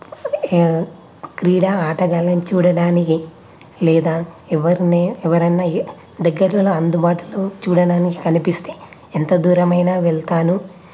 క్రీడా ఆటగాళ్ళని చూడటానికి లేదా ఎవరిని ఎవరైనా దగ్గర్లలో అందుబాటులో చూడటానికి కనిపిస్తే ఎంత దూరమైనా వెళతాను